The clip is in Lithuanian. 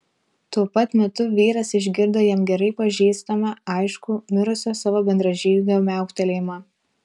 tuo pat metu vyras išgirdo jam gerai pažįstamą aiškų mirusio savo bendražygio miauktelėjimą